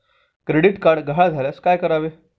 Credit card गहाळ झाल्यास काय करावे?